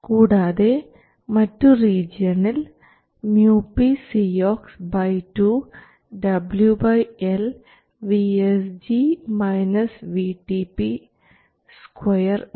കൂടാതെ മറ്റു റീജിയനിൽ µpCox2 WL 2 ഉണ്ട്